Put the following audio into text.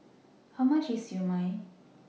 How much IS Siew Mai